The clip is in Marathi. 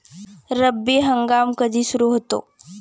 रब्बी हंगाम कधी सुरू होतो?